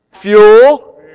Fuel